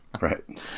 Right